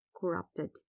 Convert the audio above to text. corrupted